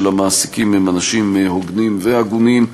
של המעסיקים הם אנשים הוגנים והגונים.